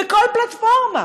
בכל פלטפורמה.